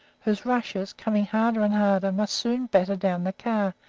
whose rushes, coming harder and harder, must soon batter down the car,